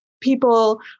people